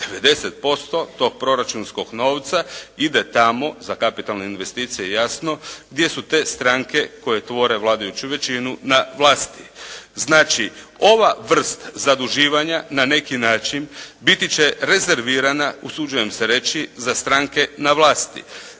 90% tog proračunskog novca ide tamo za kapitalne investicije jasno gdje su te stranke koje tvore vladajuću većinu na vlasti. Znači, ova vrst zaduživanja na neki način biti će rezervirana, usuđujem se reći za stranke na vlasti.